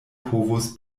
povos